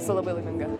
esu labai laiminga